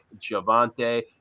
Javante